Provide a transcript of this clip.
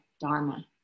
dharma